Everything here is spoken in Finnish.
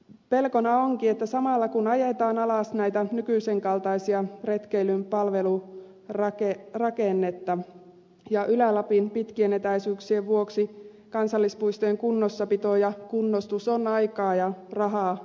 pelkona onkin että samalla ajetaan alas näitä nykyisen kaltaisia retkeilyn palvelurakenteita ja ylä lapin pitkien etäisyyksien vuoksi kansallispuistojen kunnossapito ja kunnostus on aikaa ja rahaa vaativaa työtä